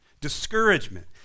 discouragement